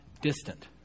distant